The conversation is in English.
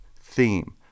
theme